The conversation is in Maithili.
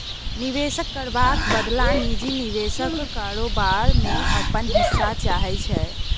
निबेश करबाक बदला निजी निबेशक कारोबार मे अपन हिस्सा चाहै छै